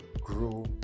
grow